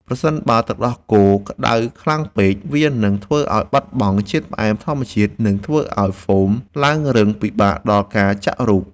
ប្រសិនបើទឹកដោះគោក្តៅខ្លាំងពេក វានឹងធ្វើឱ្យបាត់បង់ជាតិផ្អែមធម្មជាតិ និងធ្វើឱ្យហ្វូមឡើងរឹងពិបាកដល់ការចាក់រូប។